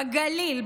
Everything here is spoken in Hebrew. בגליל,